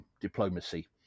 diplomacy